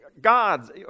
gods